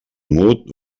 mut